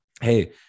hey